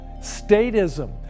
statism